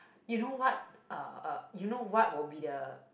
you know what uh uh you know what will be the